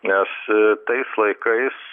nes tais laikais